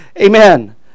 Amen